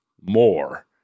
more